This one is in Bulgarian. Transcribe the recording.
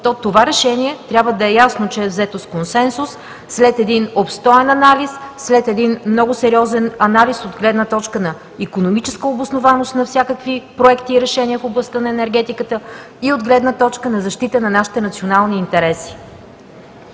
това решение трябва да е ясно, че е взето с консенсус след обстоен анализ, след много сериозен анализ от гледна точка на икономическа обоснованост на всякакви проекти и решения в областта на енергетиката и от гледна точка на защита на нашите национални интереси.